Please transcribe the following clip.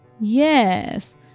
Yes